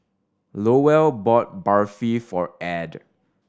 Lowell bought Barfi for Add